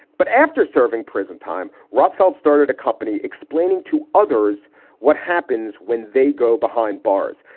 but after serving prison time, rothfeld started a company explaining to others what happens when they go behind bars.